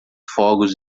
fogos